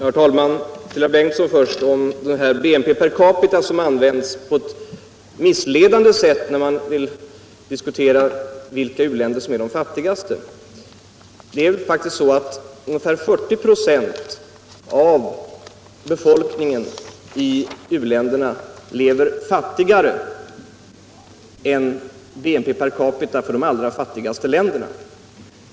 Herr talman! Först några ord till herr Bengtson beträffande uttrycket BNP per capita som används på ett missledande sätt när man vill diskutera vilka u-länder som är de fattigaste. Det är faktiskt så att ungefär 40 "+ av befolkningen i andra u-länder lever fattigare än BNP per capita visar för de allra fattigaste länderna.